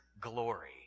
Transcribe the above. glory